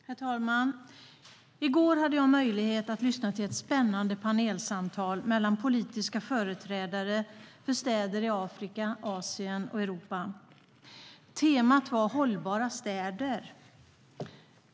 Herr talman! I går hade jag möjlighet att lyssna till ett spännande panelsamtal mellan politiska företrädare för städer i Afrika, Asien och Europa. Temat var hållbara städer.